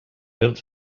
built